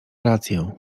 rację